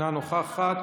אינה נוכחת.